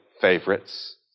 favorites